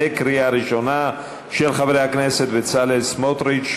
של חברי הכנסת בצלאל סמוטריץ,